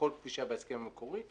הכול כפי שהיה בהסכם המקורי,